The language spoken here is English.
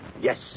Yes